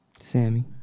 Sammy